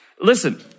listen